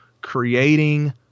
creating